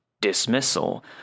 dismissal